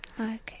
Okay